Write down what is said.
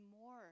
more